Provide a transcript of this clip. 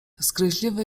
zgryźliwy